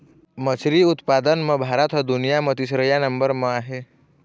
मछरी उत्पादन म भारत ह दुनिया म तीसरइया नंबर म आहे